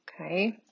Okay